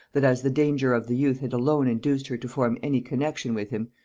that as the danger of the youth had alone induced her to form any connection with him,